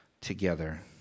together